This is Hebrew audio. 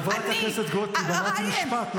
חברת הכנסת גוטליב, רק משפט נתתי לך.